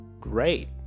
Great